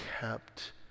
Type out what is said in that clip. kept